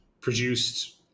produced